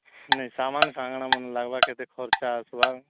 ନାଇ ସାମାନ୍ କାଁଣ କାଁଣ ମାନ ଲାଗ୍ବା କେତେ ଖର୍ଚ୍ଚା ଆସ୍ବା